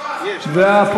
שהחוק עבר,